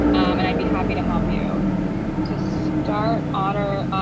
and i'd be happy to help you to start honor.